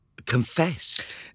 confessed